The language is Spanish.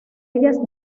ellas